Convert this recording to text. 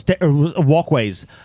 walkways